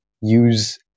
use